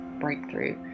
breakthrough